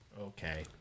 Okay